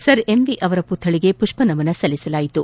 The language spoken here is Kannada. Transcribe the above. ಸರ್ಎಂವಿ ಅವರ ಮತ್ತಳಿಗೆ ಮಷ್ಪನಮನ ಸಲ್ಲಿಸಲಾಯಿತು